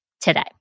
today